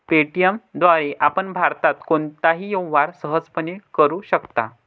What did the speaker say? Paytm द्वारे आपण भारतात कोणताही व्यवहार सहजपणे करू शकता